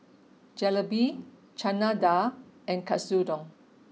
Jalebi Chana Dal and Katsudon